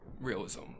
realism